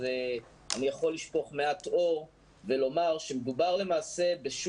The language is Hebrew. אני יכול לשפוך מעט אור ולומר שמדובר בוועדה